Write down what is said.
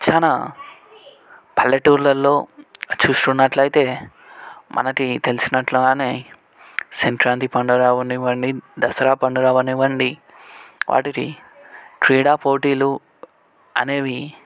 చాలా పల్లెటూళ్ళలో చూసుకున్నట్లయితే మనకి తెలిసినట్లుగానే సంక్రాంతి పండగ అవనివ్వండి దసరా పండగ అవనివ్వండి వాటికి క్రీడా పోటీలు అనేవి